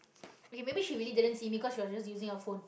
okay maybe she really didn't see me cause you were just using the phone